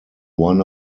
one